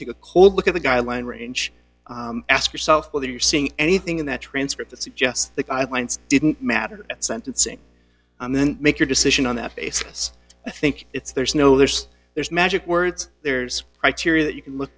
a cold look at the guideline range ask yourself well are you seeing anything in that transcript that suggests the guidelines didn't matter at sentencing and then make your decision on that basis i think it's there's no there's there's magic words there's criteria that you can look